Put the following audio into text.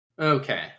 Okay